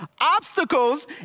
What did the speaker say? Obstacles